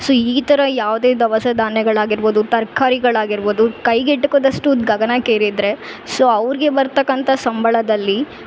so ಈ ತರಹ ಯಾವುದೇ ದವಸ ಧಾನ್ಯಗಳಾಗಿರ್ಬೋದು ತರ್ಕಾರಿಗಳು ಆಗಿರ್ಬೋದು ಕೈಗೆ ಎಟುಕದಷ್ಟು ಗಗನಕ್ಕೆ ಏರಿದರೆ ಸೊ ಅವ್ರ್ಗೆ ಬರ್ತಕ್ಕಂಥ ಸಂಬಳದಲ್ಲಿ